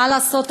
מה לעשות,